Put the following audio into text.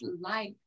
life